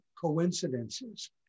coincidences